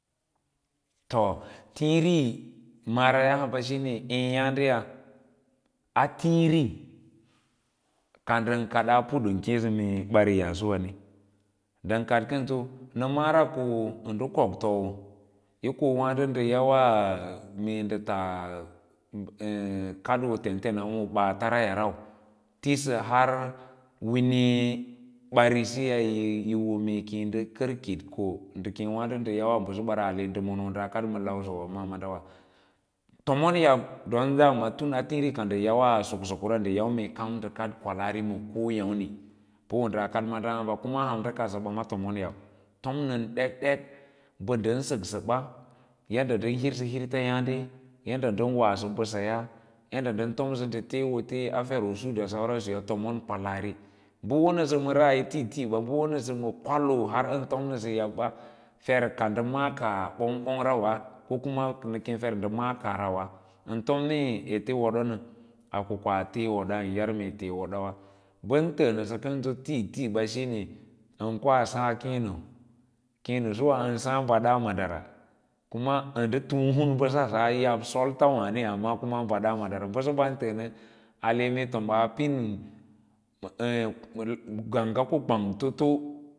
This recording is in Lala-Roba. Tiĩrí maara eyǎǎde ya, a tiĩri ka ndən kadaa ndən kad kənso nə ma’âra ko ndə kok tou ye ko waã ɗo ndə yawa mee ndə tas baa kadoo tentenawâ ma baālara yalrau, ti sə har nɗə kər kitko ndə kem waãɗo ndə yawas bəsə ba ra ale ndə mon wo daa kaɗ maaɗa ma lau suwa maadʌ wa tomon yaɓ don ɗama waãɗo a tiĩ rí ka ndə yawa soksokora ndən yau kaɗ kwalaari ma koyəmri pə wâ daa kaɗ maaɗa hamba pə ham ndə kadsə ɓa tomon yab fom nən ɗekdek mbal ndən, səksə ɓa yadda ndən hirsə hirta yǎǎde yaɗda ndəm hirsə məbəsaya yadda ndən teesə avote a fer ma sauransu usu ya tomon kwalaari. Bə wo nəsə ma ra’ayi tíí tíí ɓə bə wonəsə makwaloo han ən tom nəsə yabba fer ka ndə maã kaah bong bong ra wa ko kuma nə kem fer ndə ma kaah ra wa ən tom mee ete woɗona a ko koa tee woɗa ən yar mee tee woda wa bən təə nəsə kən si tíí tíí ɓa shíne ən koa saã keẽno keē’no suwa ən sǎǎ baɗa maɗa ra kuma ə ndə túú huu bəs asa yi ya sotta waãne pə hada madara bəsəbantəə nə ale pina pin gangga ko pal angemto.